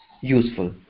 useful